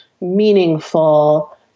meaningful